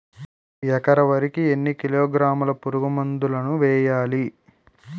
ఎకర వరి కి ఎన్ని కిలోగ్రాముల పురుగు మందులను వేయాలి?